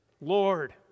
Lord